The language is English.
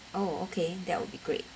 oh okay that will be great